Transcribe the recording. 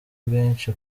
bwinshi